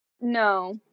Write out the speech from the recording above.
No